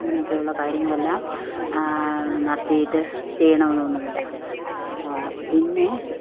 ഇങ്ങനെയൊക്കെയുള്ള കാര്യങ്ങളെല്ലാം നടത്തിയിട്ട് ചെയ്യണമെന്നൊന്നുമില്ല പിന്നെ